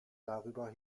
darüber